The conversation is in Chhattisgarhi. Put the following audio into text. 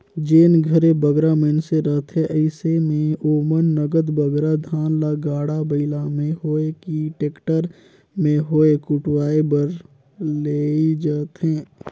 जेन घरे बगरा मइनसे रहथें अइसे में ओमन नगद बगरा धान ल गाड़ा बइला में होए कि टेक्टर में होए कुटवाए बर लेइजथें